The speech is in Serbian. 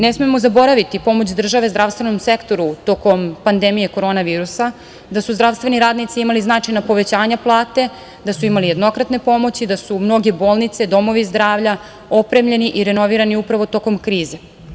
Ne smemo zaboraviti pomoć države zdravstvenom sektoru tokom pandemije korona virusa, da su zdravstveni radnici imali značajna povećanja plate, da su imali jednokratne pomoći, da su mnoge bolnice, domovi zdravlja opremljeni i renovirani upravo tokom krize.